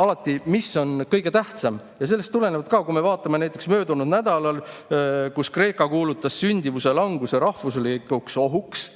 alati, mis on kõige tähtsam. Kui me vaatame näiteks möödunud nädalat, siis Kreeka kuulutas sündimuse languse rahvuslikuks ohuks.